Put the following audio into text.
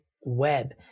web